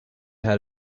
had